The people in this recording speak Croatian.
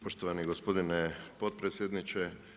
Poštovani gospodine potpredsjedniče.